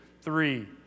three